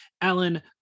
Alan